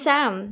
Sam